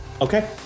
Okay